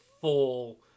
full